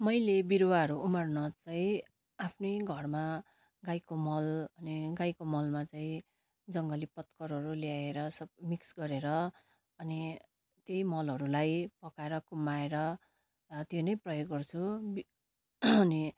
मैले बिरूवाहरू उमार्न चाहिँ आफ्नै घरमा गाईको मल अनि गाईको मलमा चाहिँ जङ्गली पातकरहरू ल्याएर सब मिक्स गरेर अनि त्यही मलहरूलाई पकाएर कुम्याएर त्यो नै प्रयोग गर्छु अनि